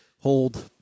hold